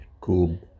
cool